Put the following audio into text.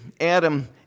Adam